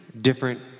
different